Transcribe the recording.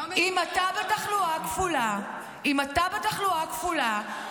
אם אתה בתחלואה כפולה,